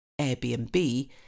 Airbnb